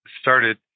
started